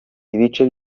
ibice